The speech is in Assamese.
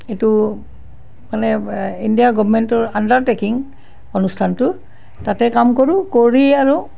এইটো মানে ইণ্ডিয়া গভমেণ্টৰ আণ্ডাৰটেকিং অনুষ্ঠানটো তাতে কাম কৰোঁ কৰি আৰু